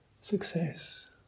success